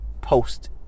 Post